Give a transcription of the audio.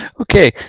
Okay